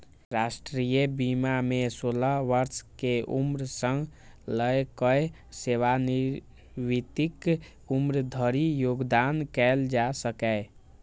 राष्ट्रीय बीमा मे सोलह वर्ष के उम्र सं लए कए सेवानिवृत्तिक उम्र धरि योगदान कैल जा सकैए